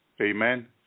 amen